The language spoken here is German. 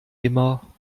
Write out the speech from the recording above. immer